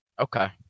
Okay